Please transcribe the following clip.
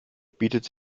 bietet